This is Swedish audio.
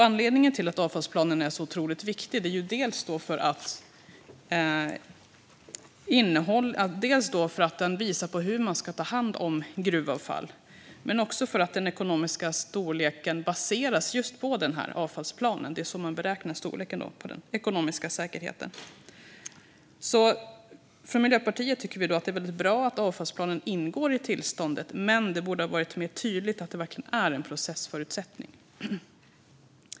Anledningen till att avfallsplanen är otroligt viktig är bland annat att den visar hur man ska ta hand om gruvavfall. Men den ekonomiska storleken baseras också på just avfallsplanen. Det är så man beräknar storleken på den ekonomiska säkerheten. Miljöpartiet tycker att det är väldigt bra att avfallsplanen ingår i tillståndet, men det borde ha varit mer tydligt att det verkligen är en processförutsättning.